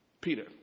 Peter